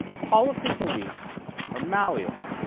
policy beliefs are malleable.